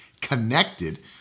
connected